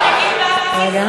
זה נגיד בנק ישראל.